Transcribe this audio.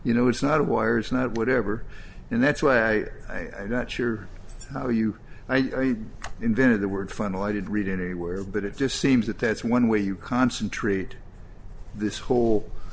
you know it's not a wire is not whatever and that's why i am not sure how you invented the word funnel i did read anywhere but it just seems that that's one way you concentrate this whole